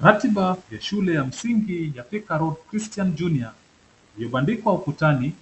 Ratiba ya shule ya msingi ya Thika Road Christian Junior, imebandikwa ukutani.